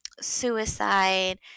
suicide